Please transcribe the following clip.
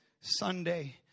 Sunday